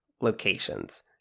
Locations